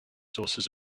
sources